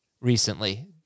recently